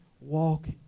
walk